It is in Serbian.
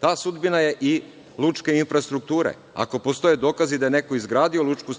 Ta sudbina je i lučke infrastrukture. Ako postoje dokazi da je neko izgradio lučku